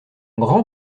grand